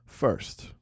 First